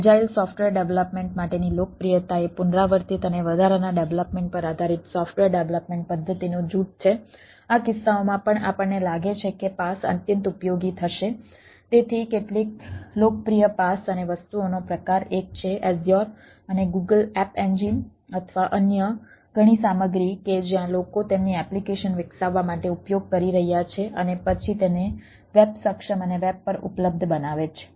agile અથવા અન્ય ઘણી સામગ્રી કે જ્યાં લોકો તેમની એપ્લિકેશન વિકસાવવા માટે ઉપયોગ કરી રહ્યાં છે અને પછી તેને વેબ સક્ષમ અને વેબ પર ઉપલબ્ધ બનાવે છે